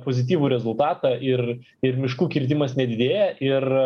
pozityvų rezultatą ir ir miškų kirtimas nedidėja ir